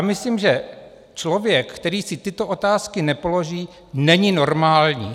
Myslím, že člověk, který si tyto otázky nepoloží, není normální.